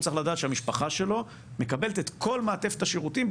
צריך לדעת שהמשפחה שלו מקבלת את כל מעטפת השירותים,